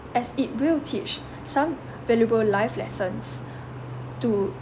as it will teach some valuable life lessons to